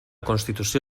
constitució